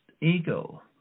Ego